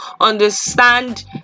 understand